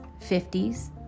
50s